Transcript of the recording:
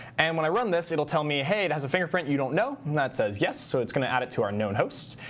and when i run this, it'll tell me, hey, it has a fingerprint you don't know. and that says yes, so it's going to add it to our known hosts.